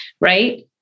right